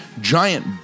giant